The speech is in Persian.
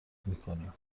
میکنیم